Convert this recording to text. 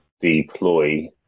deploy